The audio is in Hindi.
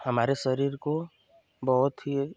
हमारे शरीर को बहुत ही